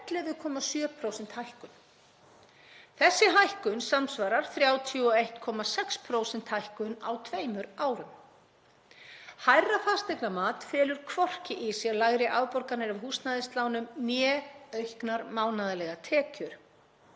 Þessi hækkun samsvarar 31,6% hækkun á tveimur árum. Hærra fasteignamat felur hvorki í sér lægri afborganir af húsnæðislánum né auknar mánaðarlegar tekjur.